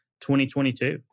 2022